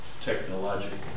technological